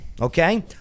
okay